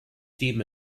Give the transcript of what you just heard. steam